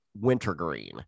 Wintergreen